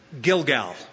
Gilgal